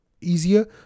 easier